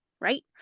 right